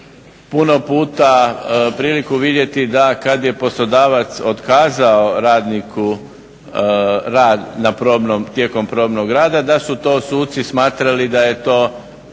puno puta priliku vidjeti da kada je poslodavac otkazao radniku rad na probnom, tijekom probnog rada da su to suci smatrali da je to